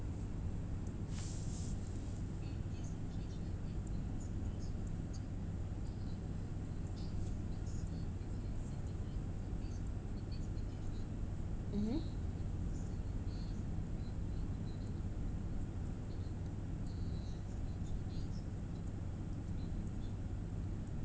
mmhmm